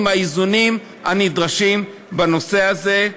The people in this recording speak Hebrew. עם האיזונים הנדרשים בנושא הזה.